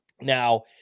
Now